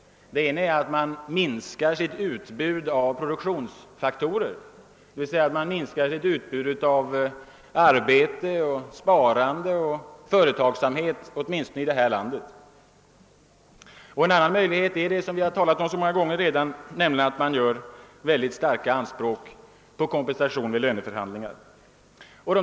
Den ena är att man minskar sitt utbud av produktionsfaktorer, d. v. s. av arbete, sparande och företagsamhet — i varje fall här i landet. Den andra är vad vi redan har talat om så många gånger, nämligen att människorna kommer att resa mycket starka krav på kompensation vid löneförhandlingarna.